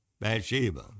Bathsheba